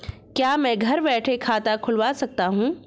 क्या मैं घर बैठे खाता खुलवा सकता हूँ?